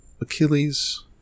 Achilles